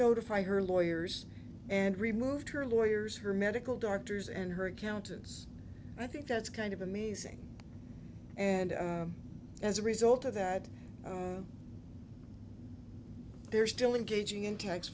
notify her lawyers and removed her lawyers her medical doctors and her accountants i think that's kind of amazing and as a result of that they're still in gauging in tax